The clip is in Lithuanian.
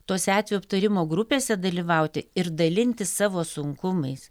tose atvejų aptarimo grupėse dalyvauti ir dalintis savo sunkumais